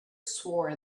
swore